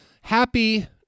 happy